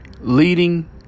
leading